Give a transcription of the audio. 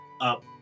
up